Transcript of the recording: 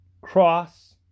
Cross